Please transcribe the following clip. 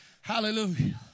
Hallelujah